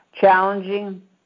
Challenging